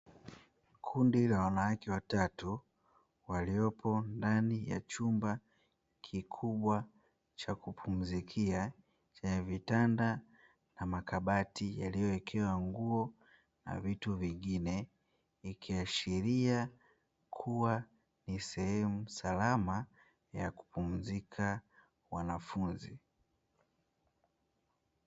Kundi la wanawake watatu waliopo ndani ya chumba kikubwa cha kupumzikia chenye vitanda, makabati yaliyowekewa nguo na vitu vingine, ikiashiria kuwa ni sehemu salama ya kupumzika wanafunzi.